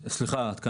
סליחה, מקורית.